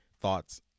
thoughts